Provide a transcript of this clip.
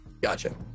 Gotcha